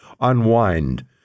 unwind